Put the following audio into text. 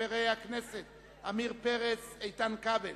שהיא הסתייגות